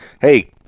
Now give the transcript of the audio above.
Hey